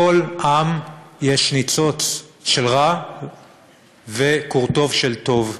בכל עם יש ניצוץ של רע וקורטוב של טוב.